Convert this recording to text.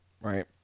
right